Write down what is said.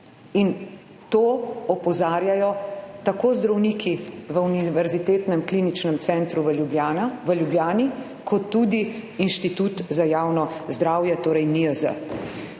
in to opozarjajo tako zdravniki v Univerzitetnem kliničnem centru v Ljubljani, kot tudi Inštitut za javno zdravje, torej NIJZ.